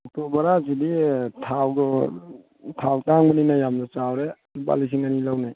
auto ꯚꯔꯥꯁꯤꯗꯤ ꯊꯥꯎꯗꯣ ꯊꯥꯎ ꯇꯥꯡꯕꯅꯤꯅ ꯌꯥꯝꯅ ꯆꯥꯎꯔꯦ ꯂꯨꯄꯥ ꯂꯤꯁꯤꯡ ꯑꯅꯤ ꯂꯧꯅꯩ